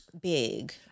big